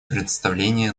представление